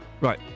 Right